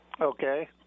Okay